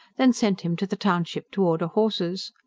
then sent him to the township to order horses.